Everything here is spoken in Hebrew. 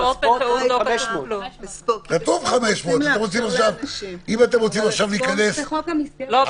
ספורט זה 500. בחוק המסגרת --- רגע,